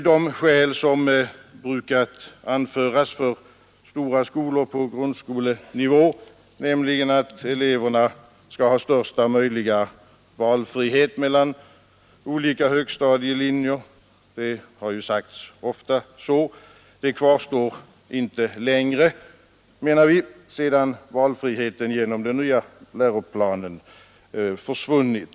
De skäl som brukat anföras för stora skolor på grundskolenivå, nämligen att eleverna skall ha största möjliga valfrihet mellan olika högstadielinjer, kvarstår inte längre, sedan valfriheten genom den nya läroplanen försvunnit.